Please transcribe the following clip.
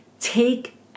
take